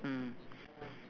mm